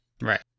Right